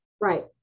Right